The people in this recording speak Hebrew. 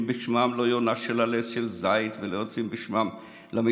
לא מבטיחים בשמם יונה עם עלה של זית ולא יוצאים בשמם למלחמה.